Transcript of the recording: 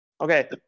Okay